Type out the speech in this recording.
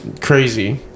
crazy